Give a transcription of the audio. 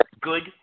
Good